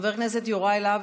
חבר הכנסת יוראי להב